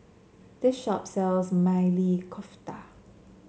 this shop sells Maili Kofta